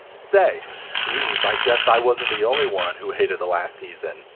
say. geez i guess i wasn't the only one who hated the last season.